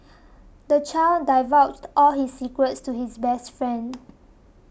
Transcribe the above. the child divulged all his secrets to his best friend